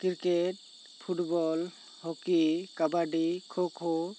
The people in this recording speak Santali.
cricket football hockey kabaddi kho kho